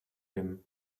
him